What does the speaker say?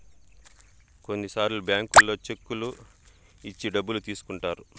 కొన్నిసార్లు బ్యాంకుల్లో చెక్కులు ఇచ్చి డబ్బులు తీసుకుంటారు